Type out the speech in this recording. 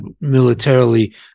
militarily